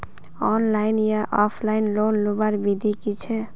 Online या offline loan लुबार विधि की छे?